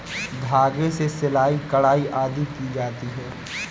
धागे से सिलाई, कढ़ाई आदि की जाती है